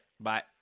Bye